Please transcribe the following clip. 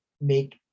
make